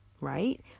right